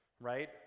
right